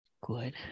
Good